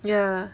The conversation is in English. ya